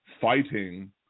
fighting